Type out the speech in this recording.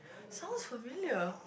sounds familiar